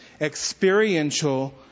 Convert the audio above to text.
experiential